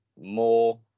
more